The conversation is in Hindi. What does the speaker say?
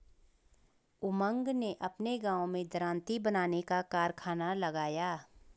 उमंग ने अपने गांव में दरांती बनाने का कारखाना लगाया